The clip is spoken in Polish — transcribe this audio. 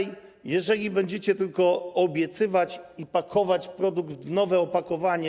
Jeżeli będziecie tylko obiecywać i pakować produkt w nowe opakowanie.